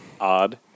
Odd